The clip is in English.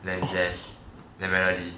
then jess then melody